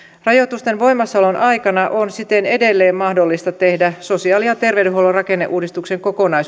rajoitusten voimassaolon aikana on siten edelleen mahdollista tehdä sosiaali ja terveydenhuollon rakenneuudistuksen kokonaisuuden kannalta